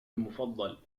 المفضل